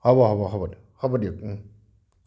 হ'ব হ'ব হ'ব দিয়ক হ'ব দিয়ক